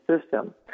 system